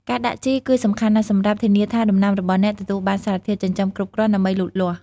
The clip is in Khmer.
ការដាក់ជីគឺសំខាន់ណាស់សម្រាប់ធានាថាដំណាំរបស់អ្នកទទួលបានសារធាតុចិញ្ចឹមគ្រប់គ្រាន់ដើម្បីលូតលាស់។